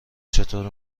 چطور